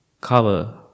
cover